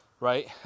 Right